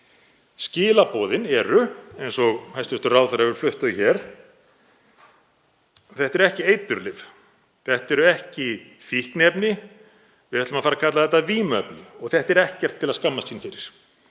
Skilaboðin eru, eins og hæstv. ráðherra hefur flutt hér, að þetta séu ekki eiturlyf, þetta séu ekki fíkniefni. Við ætlum að fara að kalla þetta vímuefni og þetta er ekkert til að skammast sín fyrir.